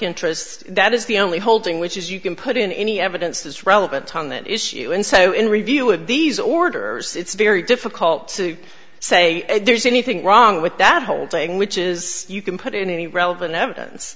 interest that is the only holding which is you can put in any evidence that's relevant time that issue and so in review of these orders it's very difficult to say there's anything wrong with that whole thing which is you can put in any relevant evidence